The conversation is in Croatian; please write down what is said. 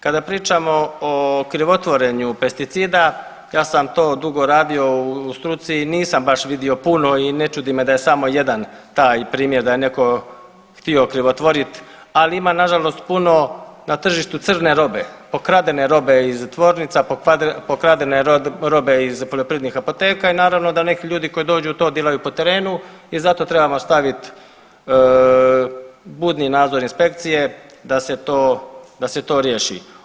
Kada pričamo o krivotvorenju pesticida, ja sam to dugo radio u struci i nisam baš vidio puno i ne čudi me da je samo jedan taj primjer da je netko htio krivotvorit, ali ima nažalost puno na tržištu crne robe, pokradene robe iz tvornica, pokradene robe iz poljoprivrednih apoteka i naravno da neki ljudi koji dođu to dilaju po terenu i zato trebamo staviti budni nadzor inspekcije da se to, da se to riješi.